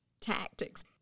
tactics